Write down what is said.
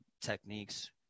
techniques